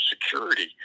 security